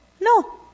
No